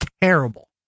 terrible